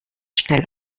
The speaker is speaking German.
schnell